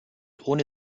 ohne